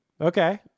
Okay